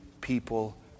people